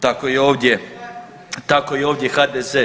Tako i ovdje, tako i ovdje HDZ.